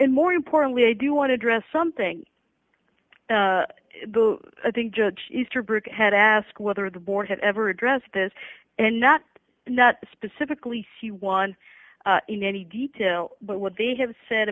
and more importantly i do want to dress something i think judge easterbrook had ask whether the board had ever addressed this and not specifically see one in any detail but what they have said